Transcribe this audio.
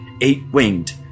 eight-winged